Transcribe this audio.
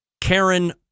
Karen